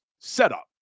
setup